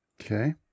Okay